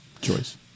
choice